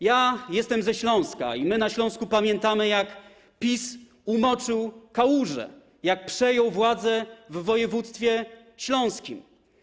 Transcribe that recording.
Jestem ze Śląska i my na Śląsku pamiętamy, jak PiS umoczył Kałużę, jak przejął władzę w województwie śląskim.